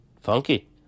Funky